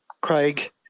Craig